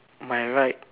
my right